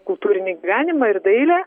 kultūrinį gyvenimą ir dailę